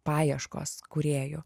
paieškos kūrėjų